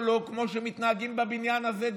כמו שמתנהגים גם בבניין הזה?